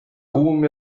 kuum